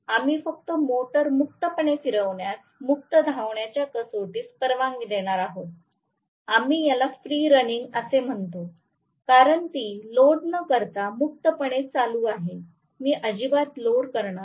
आम्ही फक्त मोटार मुक्तपणे चालविण्यास मुक्त धावण्याच्या कसोटीस परवानगी देणार आहोत आम्ही याला फ्री रनिंग असे म्हणतो कारण ती लोड न करता मुक्तपणे चालू आहे मी अजिबात लोड करणार नाही